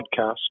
podcast